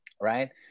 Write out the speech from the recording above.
right